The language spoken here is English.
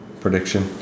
prediction